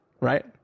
right